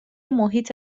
محیط